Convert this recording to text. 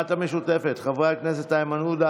קבוצת סיעת הרשימה המשותפת: חברי הכנסת איימן עודה,